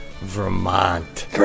Vermont